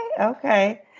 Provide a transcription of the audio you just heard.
Okay